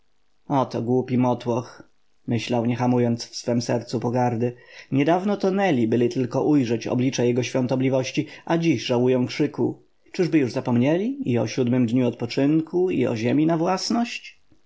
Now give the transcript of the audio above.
oto głupi motłoch myślał nie hamując w swem sercu pogardy niedawno tonęli byle tylko ujrzeć oblicze jego świątobliwości a dziś żałują krzyku czyby już zapomnieli i o siódmym dniu odpoczynku i o ziemi na własność